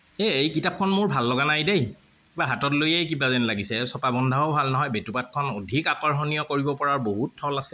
এ এই কিতাপখন মোৰ ভাল লগা নাই দেই কিবা হাতত লৈয়েই কিবা যেন লাগিছে আৰু ছপা বন্ধাও ভাল নহয় বেটুপাতখন অধিক আকৰ্ষণীয় কৰিব পৰাৰ বহুত থল আছিল